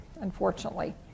unfortunately